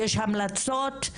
המלצות,